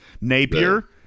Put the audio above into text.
Napier